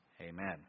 Amen